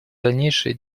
дальнейшие